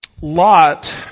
Lot